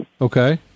Okay